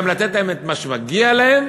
לתת להם את מה שמגיע להם.